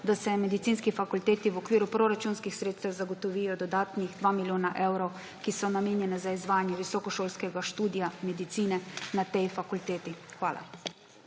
da se medicinski fakulteti v okviru proračunskih sredstev zagotovita dodatna 2 milijona evrov, ki sta namenjena za izvajanje visokošolskega študija medicine na tej fakulteti. Hvala.